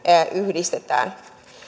yhdistetään